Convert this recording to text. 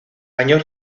años